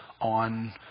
on